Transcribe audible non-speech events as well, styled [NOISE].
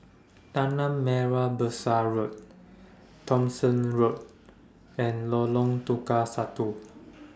[NOISE] Tanah Merah Besar Road Thomson Road and Lorong Tukang Satu